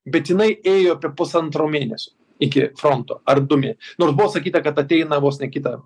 bet jinai ėjo apie pusantro mėnesio iki fronto ar du mė nors buvo sakyta kad ateina vos ne kitą